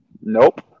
Nope